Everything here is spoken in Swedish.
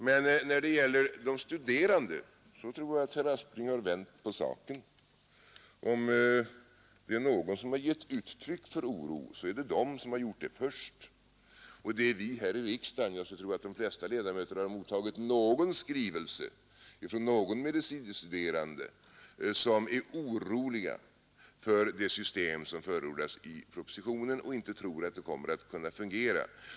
Men när det gäller de studerande tror jag att herr Aspling har vänt på saken. Om det är någon som har gett uttryck för oro nu så är det de studerande som har gjort det först. Jag skulle tro att de flesta ledamöter har mottagit någon skrivelse från någon medicine studerande som är orolig för att det system som förordas i propositionen inte kommer att kunna fungera.